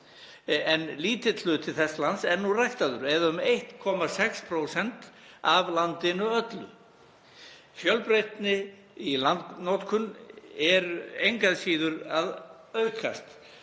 en lítill hluti þess lands er nú þegar ræktaður, eða um 1,6% af landinu öllu. Fjölbreytni í landnotkun er engu síður að aukast